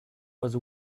was